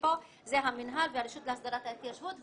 פה זה המינהל והרשות להסדרת ההתיישבות,